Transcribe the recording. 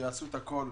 שיעשו הכול,